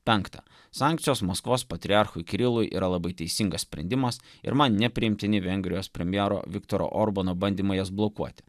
penkta sankcijos maskvos patriarchu kirilu yra labai teisingas sprendimas ir man nepriimtini vengrijos premjero viktoro orbano bandymai jas blokuoti